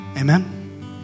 Amen